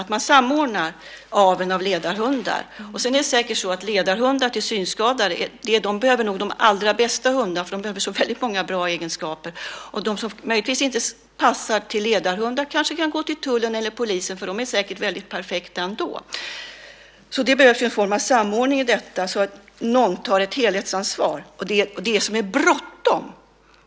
Man kan samordna aveln av ledarhundar. Det är säkert så att ledarhundar för synskadade behöver vara de allra bästa hundarna. De behöver ha så många bra egenskaper. De som möjligtvis inte passar till ledarhundar kanske kan gå till tullen eller polisen, för de är säkert perfekta ändå. Det behövs alltså en form av samordning och att någon tar ett helhetsansvar.